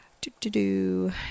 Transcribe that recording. Do-do-do